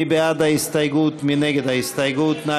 בעד, 47, נגד, 59, אין